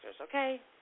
okay